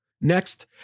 Next